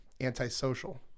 antisocial